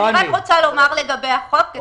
אני רוצה לומר לגבי החוק: